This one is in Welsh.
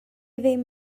ddim